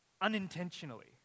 unintentionally